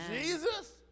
Jesus